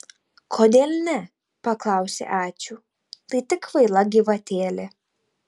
kodėl ne paklausė ačiū tai tik kvaila gyvatėlė